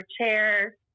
chair